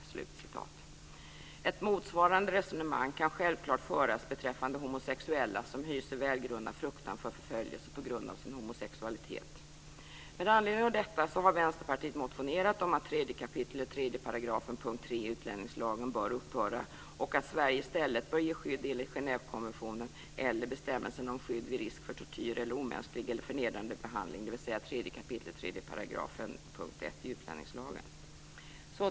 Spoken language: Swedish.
Ett motsvarande resonemang kan självfallet föras beträffande homosexuella som hyser välgrundad fruktan för förföljelse på grund av sin homosexualitet. Med anledning av detta har Vänsterpartiet motionerat om att 3 kap. 3 § första stycket 3 i utlänningslagen bör upphöra och att Sverige i stället bör ge skydd enligt Genèvekonventionen eller bestämmelsen om skydd vid risk för tortyr eller omänsklig eller förnedrande behandling, dvs. 3 kap. 3 § första stycket 1 i utlänningslagen.